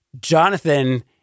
Jonathan